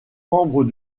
membres